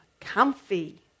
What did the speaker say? comfy